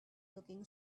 looking